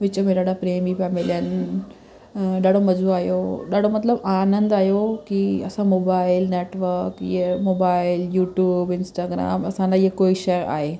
विच में ॾाढा प्रेमी पिया मिलनि ॾाढा मज़ो आयो ॾाढो मतिलबु आनंदु आहियो कि असां मोबाइल नैटवर्क ईअं मोबाइल यूट्यूब इंस्टाग्राम असां लाइ ईअं कोई शइ आहे